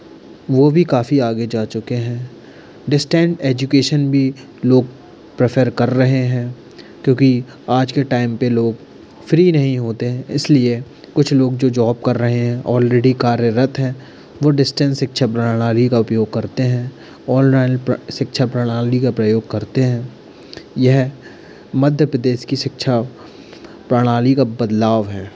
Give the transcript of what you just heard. वो भी काफ़ी आगे जा चुके हैं डिस्टेन्स एजुकेशन भी लोग प्रेफर कर रहे हैं क्योंकि आज के टाइम पे लोग फ्री नहीं होते हैं इसलिए कुछ लोग जो जॉब कर रहे हैं ऑलरेडी कार्यरत हैं वो डिस्टेन्स शिक्षा प्रणाली का प्रयोग करते हैं ओनलाइन पर शिक्षा प्रणाली का प्रयोग करते हैं यह मध्य प्रदेश की शिक्षा प्रणाली का बदलाव है